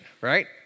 right